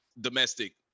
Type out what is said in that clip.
domestic